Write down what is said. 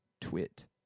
Twit